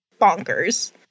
bonkers